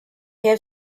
have